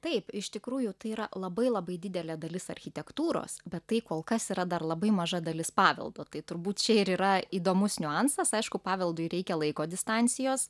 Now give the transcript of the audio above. taip iš tikrųjų tai yra labai labai didelė dalis architektūros bet tai kol kas yra dar labai maža dalis paveldo tai turbūt čia ir yra įdomus niuansas aišku paveldui reikia laiko distancijos